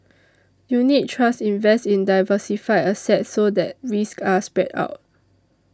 unit trusts invest in diversified assets so that risks are spread out